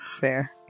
Fair